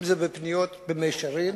אם זה בפניות במישרין,